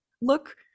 look